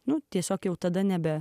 nu tiesiog jau tada nebe